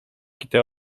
kitę